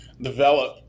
develop